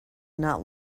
not